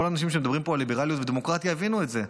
כל האנשים שמדברים פה על ליברליות ודמוקרטיה הבינו את זה,